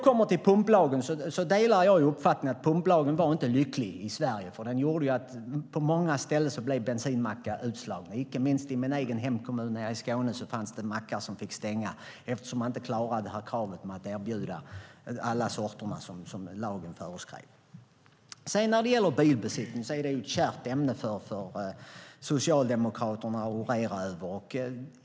Jag delar uppfattningen att pumplagen inte var lyckosam i Sverige. Den gjorde på många ställen att bensinmackar slogs ut. Inte minst i min egen hemkommun nere i Skåne fanns det mackar som fick stänga eftersom de inte klarade att erbjuda alla sorter som lagen föreskrev. Bilbesiktningen är ett kärt ämne för Socialdemokraterna att orera över.